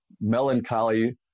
melancholy